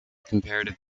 comparative